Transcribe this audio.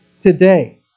today